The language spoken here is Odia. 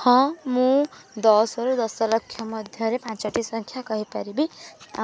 ହଁ ମୁଁ ଦଶରୁ ଦଶଲକ୍ଷ ମଧ୍ୟରେ ପାଞ୍ଚଟି ସଂଖ୍ୟା କହି ପାରିବି